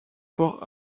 fort